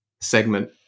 segment